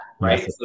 right